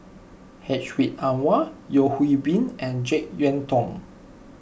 Hedwig Anuar Yeo Hwee Bin and Jek Yeun Thong